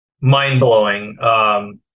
mind-blowing